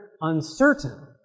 uncertain